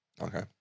Okay